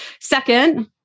Second